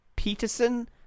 peterson